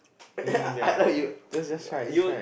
yeah I know you uh you